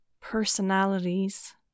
personalities